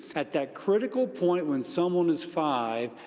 at that critical point when someone is five,